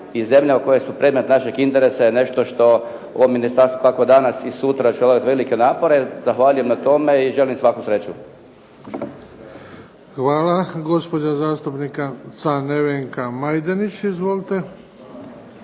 i zemljama koje su predmet našeg interesa je nešto što ovo ministarstvo kako danas i sutra će ulagati velike napore. Zahvaljujem na tome i želim svaku sreću. **Bebić, Luka (HDZ)** Hvala. Gospođa zastupnica Nevenka Majdenić. Izvolite.